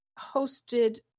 hosted